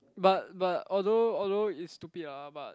but but although although is stupid ah but